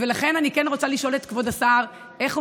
ולכן אני כן רוצה לשאול את כבוד השר איך הוא